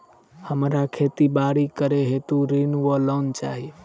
हमरा खेती बाड़ी करै हेतु ऋण वा लोन चाहि?